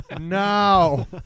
No